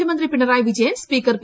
മുഖ്യമന്ത്രി Pinarayi Vijayan speaker P